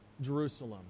Jerusalem